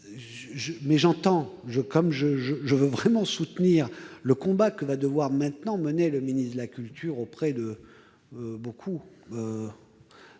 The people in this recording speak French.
au jour. Comme je veux vraiment soutenir le combat que va devoir maintenant mener M. le ministre de la culture auprès de beaucoup